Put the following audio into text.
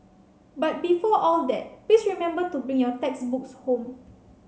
but before all that please remember to bring your textbooks home